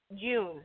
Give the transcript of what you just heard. June